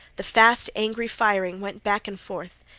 the fast angry firings went back and forth.